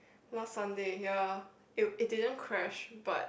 last Sunday ya it it didn't crash but